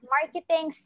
Marketing